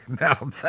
Now